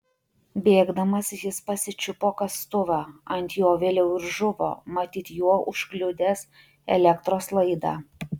bėgdamas jis pasičiupo kastuvą ant jo vėliau ir žuvo matyt juo užkliudęs elektros laidą